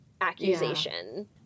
accusation